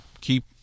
keep